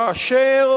כאשר